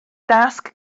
dasg